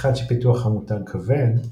היכן שפיתוח המותג כבד...